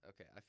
Okay